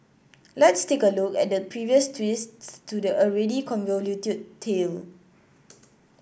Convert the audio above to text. let's take a look at the previous twists to the already convoluted tale